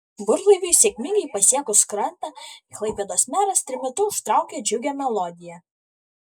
burlaiviui sėkmingai pasiekus krantą klaipėdos meras trimitu užtraukė džiugią melodiją